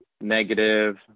negative –